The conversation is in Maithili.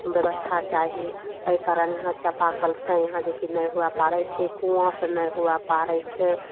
व्यवस्था चाही अइ कारण यहाँ चापाकलसँ यहाँ जे कि नहि हुवै पाड़य छै कुवाँसँ नहि हुवऽ पाड़य छै